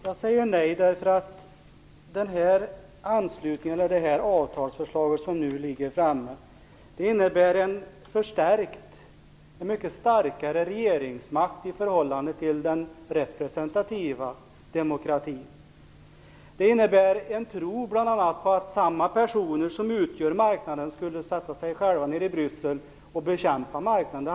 Herr talman! Jag säger nej därför att det avtalsförslag som nu ligger framme innebär en mycket starkare regeringsmakt i förhållande till den representativa demokratin. Det innebär bl.a. en tro på att samma personer som utgör marknaden skulle sätta sig själva i Bryssel och bekämpa marknaden.